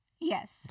Yes